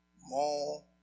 more